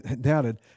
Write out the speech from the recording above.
doubted